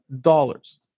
dollars